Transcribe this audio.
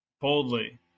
boldly